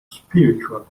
spiritual